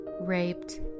raped